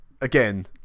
Again